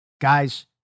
Guys